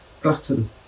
glutton